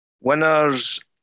Winners